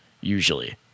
usually